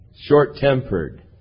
Short-tempered